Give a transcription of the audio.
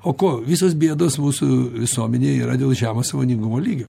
o ko visos bėdos mūsų visuomenėj yra dėl žemo sąmoningumo lygio